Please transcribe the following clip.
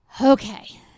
Okay